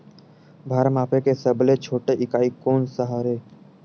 भार मापे के सबले छोटे इकाई कोन सा हरे?